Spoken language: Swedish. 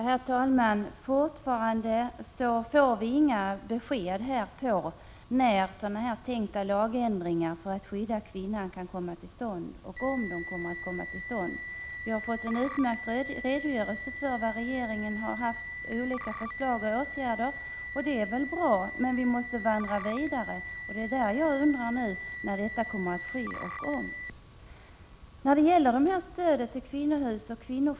Herr talman! Fortfarande får vi inga besked om när och om lagändringar för att hjälpa kvinnor kan skapas. Vi har fått en utmärkt redogörelse för regeringens olika tidigare förslag till åtgärder, och det är bra. Men vi måste gå vidare, och det är därför jag undrar när åtgärder kommer till stånd.